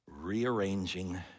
rearranging